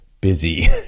busy